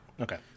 Okay